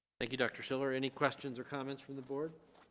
thank you dr. schiller any questions or comments from the board.